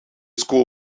school